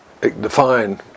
define